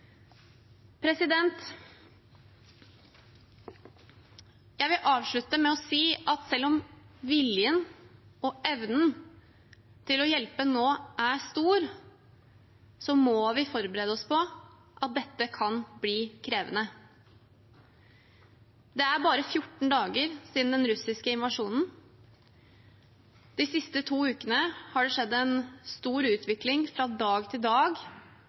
Jeg vil avslutte med å si at selv om viljen og evnen til å hjelpe nå er stor, må vi forberede oss på at dette kan bli krevende. Det er bare 14 dager siden den russiske invasjonen. De siste to ukene har det skjedd en stor utvikling fra dag til dag